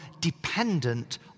dependent